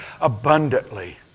abundantly